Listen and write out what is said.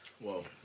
Whoa